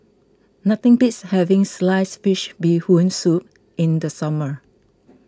nothing beats having Sliced Fish Bee Hoon Soup in the summer